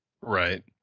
Right